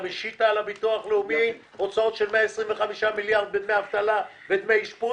השיתה על הביטוח הלאומי הוצאות של 125 מיליארד בדמי אבטלה ודמי אשפוז.